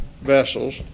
vessels